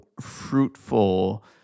fruitful